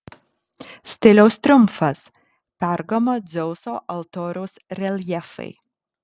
stiliaus triumfas pergamo dzeuso altoriaus reljefai